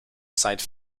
side